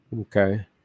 Okay